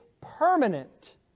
permanent